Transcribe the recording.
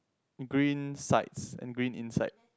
green sides and green inside